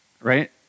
Right